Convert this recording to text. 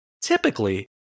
Typically